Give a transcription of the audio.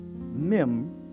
mem